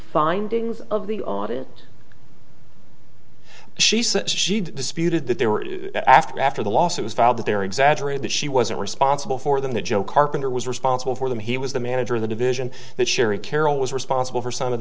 findings of the audit she said she'd disputed that they were after after the lawsuit was filed that there exaggerated that she wasn't responsible for them that joe carpenter was responsible for them he was the manager of the division that sherry carroll was responsible for some of